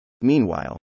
Meanwhile